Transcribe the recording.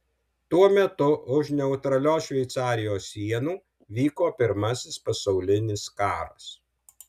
tuo metu už neutralios šveicarijos sienų vyko pirmasis pasaulinis karas